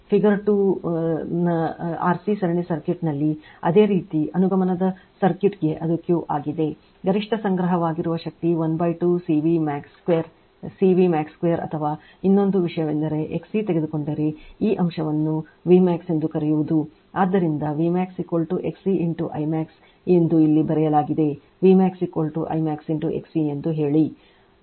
ಆದ್ದರಿಂದ ಫಿಗರ್ 2 ರ RC ಸರಣಿ ಸರ್ಕ್ಯೂಟ್ನಲ್ಲಿ ಅದೇ ರೀತಿ ಅನುಗಮನದ ಸರ್ಕ್ಯೂಟ್ಗೆ ಅದು Q ಆಗಿದೆ ಗರಿಷ್ಠ ಸಂಗ್ರಹವಾಗಿರುವ ಶಕ್ತಿ 12 CV max 2ಅಥವಾ ಇನ್ನೊಂದು ವಿಷಯವೆಂದರೆ XC ತೆಗೆದುಕೊಂಡರೆ ಈ ಅಂಶವನ್ನುV max ಎಂದು ಕರೆಯುವುದು ಆದ್ದರಿಂದ V max XC into I max ಇಲ್ಲಿ ಬರೆಯಲಾಗಿದೆ V max I max into XCಎಂದು ಹೇಳಿ